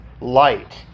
light